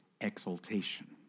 exaltation